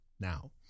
Now